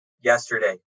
yesterday